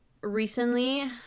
recently